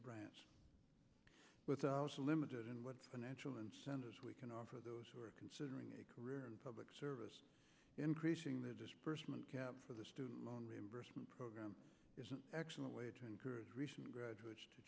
branch with limited in what financial incentives we can offer those who are considering a career in public service increasing the disbursement cap for the student loan reimbursement program is an excellent way to encourage recent